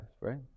right